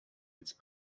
its